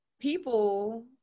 people